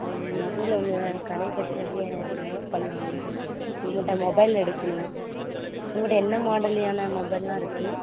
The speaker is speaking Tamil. மொபைல் உங்கள் கடையைப் பற்றி வெளியே டெவலப் பண்ணாங்க உங்கக்கிட்ட மொபைல் எடுக்கணும் உங்கக்கிட்ட என்ன மாடல்லான மொபைலாம் இருக்குது